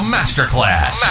Masterclass